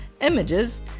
images